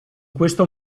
questo